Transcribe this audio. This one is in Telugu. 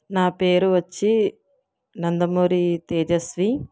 నా పేరు వచ్చి నందమూరి తేజస్వి